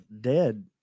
dead